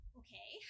okay